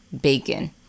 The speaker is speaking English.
Bacon